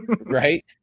Right